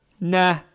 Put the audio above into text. nah